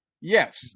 Yes